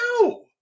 No